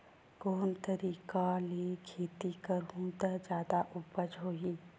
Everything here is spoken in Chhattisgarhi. कोन तरीका ले खेती करहु त जादा उपज होही?